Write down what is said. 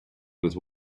with